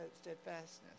steadfastness